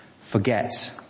forget